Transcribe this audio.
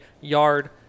yard